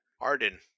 Arden